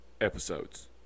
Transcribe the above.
episodes